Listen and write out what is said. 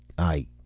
i